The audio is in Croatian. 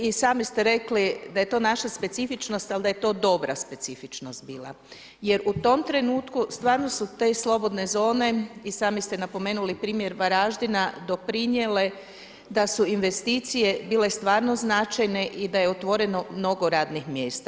I sami ste rekli da je to naša specifičnost ali da je to dobra specifičnost bila jer u tom trenutku stvarno su te slobodne zone i sami ste napomenuli primjer Varaždina doprinijele da su investicije bile stvarno značajne i da je otvoreno mnogo radnih mjesta.